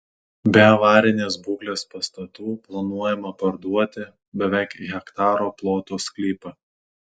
be avarinės būklės pastatų planuojama parduoti beveik hektaro ploto sklypą